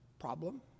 problem